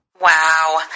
Wow